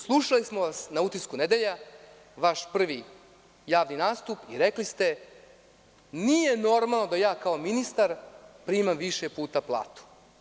Slušali smo vas na „Utisku nedelje“, vaš prvi javni nastup, i rekli ste nije normalno da ja kao ministar primam više puta platu.